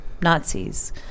Nazis